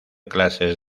clases